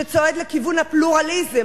שצועד לכיוון הפלורליזם,